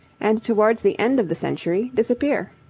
and towards the end of the century disappear.